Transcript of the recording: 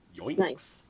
Nice